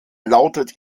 lautet